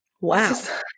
wow